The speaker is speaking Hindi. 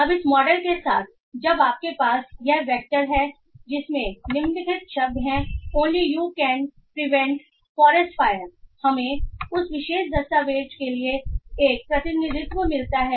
अब इस मॉडल के साथ जब आपके पास यह वेक्टर है जिसमें निम्नलिखित शब्द हैं only you can prevent forest fire हमें उस विशेष दस्तावेज़ के लिए एक प्रतिनिधित्व मिलता है